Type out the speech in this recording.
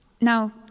Now